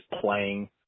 playing